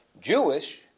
Jewish